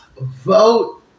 Vote